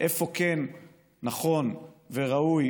איפה כן נכון וראוי